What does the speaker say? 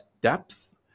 depth